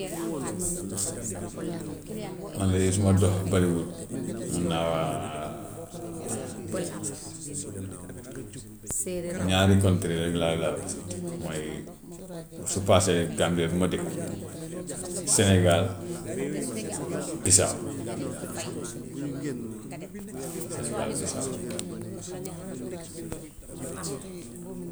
Man de suma dox bariwut, mun naa ñaari country rek laa laa visit mooy su paasee gambia bi ma dëkka sénégal, bissau, waaw sénégal, bissau.